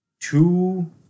two